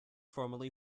formerly